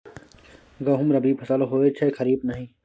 गहुम रबी फसल होए छै खरीफ नहि